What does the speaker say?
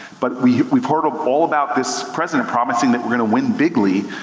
but we've we've heard all about this president promising that we're gonna win bigly,